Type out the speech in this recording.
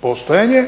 postojanje